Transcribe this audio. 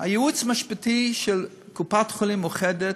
הייעוץ המשפטי של קופת-חולים מאוחדת,